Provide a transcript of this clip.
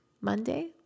monday